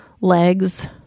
legs